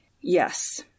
Yes